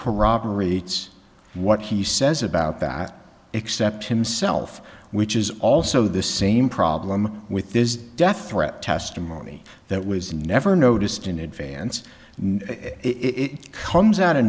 corroborates what he says about that except himself which is also the same problem with this death threat testimony that was never noticed in advance and it comes out of